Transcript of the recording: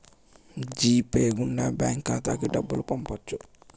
G pay గుండా bank ఖాతాకి డబ్బులు పంపొచ్చు